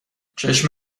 چشم